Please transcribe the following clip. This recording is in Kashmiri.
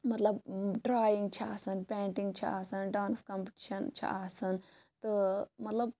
مَطلَب ڈرایِنٛگ چھِ آسان پینٛٹِنٛگ چھِ آسان ڈانٕس کَمپِٹِشَن چھِ آسان تہٕ مَطلَب